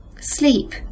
Sleep